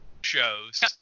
shows